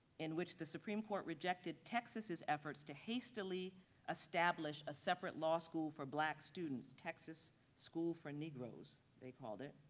in which the supreme court rejected texas' efforts to hastily establish a separate law school for black students, texas school for negros, they called it